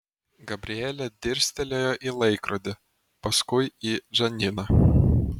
gabrielė dirstelėjo į laikrodį paskui į džaniną